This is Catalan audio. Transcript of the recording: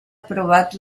aprovat